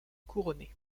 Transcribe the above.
couronnés